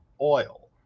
oil